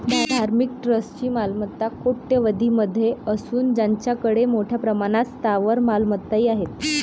धार्मिक ट्रस्टची मालमत्ता कोट्यवधीं मध्ये असून त्यांच्याकडे मोठ्या प्रमाणात स्थावर मालमत्ताही आहेत